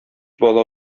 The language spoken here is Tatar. бала